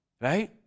Right